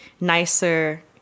nicer